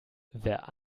wer